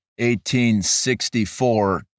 1864